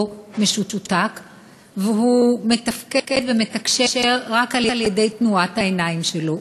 משותק והוא מתפקד ומתקשר רק על-ידי תנועת העיניים שלו,